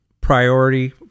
priority